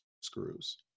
screws